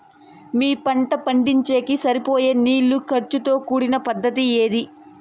మీ పంట పండించేకి సరిపోయే నీళ్ల ఖర్చు తో కూడిన పద్ధతి ఏది?